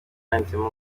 handitseho